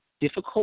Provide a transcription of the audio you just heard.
difficult